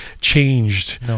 changed